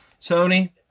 Tony